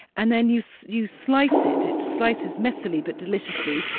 and then you so you slice it. it slices messily but deliciously,